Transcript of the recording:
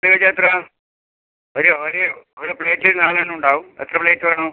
ബോളി ബജി എത്ര ഒരു ഒരു ഒരു പ്ലേറ്റിൽ നാല് എണ്ണം ഉണ്ടാവും എത്ര പ്ലേറ്റ് വേണം